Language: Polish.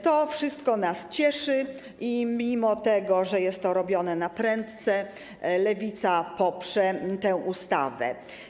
To wszystko nas cieszy i mimo że jest to robione naprędce, Lewica poprze tę ustawę.